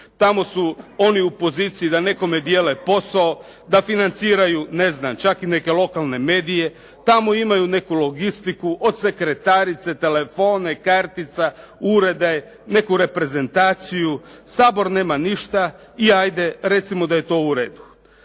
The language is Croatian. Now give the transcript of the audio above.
Tamo su oni u poziciji da nekome dijele posao, da financiraju ne znam čak i neke lokalne medije, tamo imaju neku logistiku, od sekretarice, telefone, kartica, urede, neku reprezentaciju, Sabor nema ništa, i ajde recimo da je to u redu.